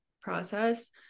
process